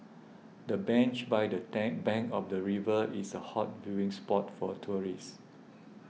the bench by the bank of the river is a hot viewing spot for tourists